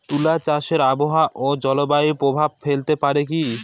তুলা চাষে আবহাওয়া ও জলবায়ু প্রভাব ফেলতে পারে কি?